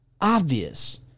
obvious